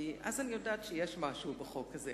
כי אז אני יודעת שאכן מדובר בחוק חשוב.